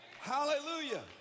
Hallelujah